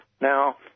Now